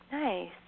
Nice